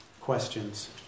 questions